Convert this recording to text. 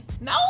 No